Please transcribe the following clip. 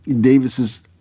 Davis's